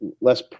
less